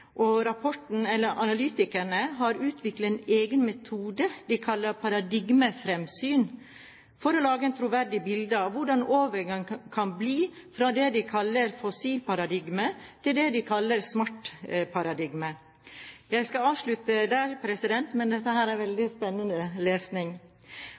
Ifølge rapporten står oljen for 94 pst. av transportforbruket i verden, og analytikerne har utviklet en egen metode de kaller «paradigmefremsyn» for å lage et troverdig bilde av hvordan overgangen kan bli – fra det de kaller «Fossilparadigmet», til det de kaller «Smartparadigmet». Jeg skal avslutte der, men dette er